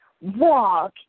walk